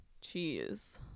Cheese